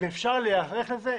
אפשר להיערך לזה.